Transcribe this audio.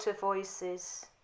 voices